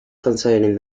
concerning